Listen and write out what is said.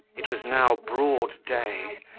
it was now broad day,